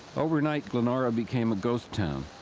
overnight glenora became a ghost town.